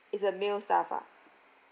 it's a male staff ah